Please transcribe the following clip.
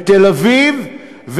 בתל-אביב,